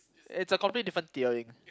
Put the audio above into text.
it's a completely different